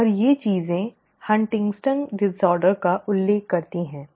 और ये चीजें हंटिंगटन के विकार Huntington's disorder का उल्लेख करती हैं